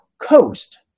coast